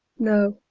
no,